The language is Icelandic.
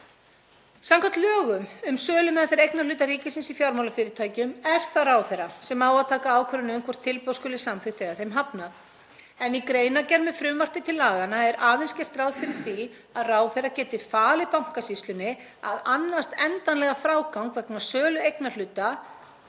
Samkvæmt lögum um sölumeðferð eignarhluta ríkisins í fjármálafyrirtækjum er það ráðherra sem á að taka ákvörðun um hvort tilboð skuli samþykkt eða þeim hafnað en í greinargerð með frumvarpi til laganna er aðeins gert ráð fyrir því að ráðherra geti falið Bankasýslunni að annast endanlegan frágang vegna sölu eignarhluta,